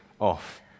off